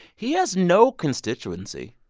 he has no constituency.